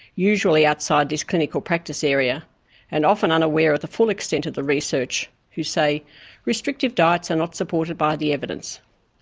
usually outside this clinical practice area and often unaware of the full extent of the research, who say restrictive diets are not supported by the evidence.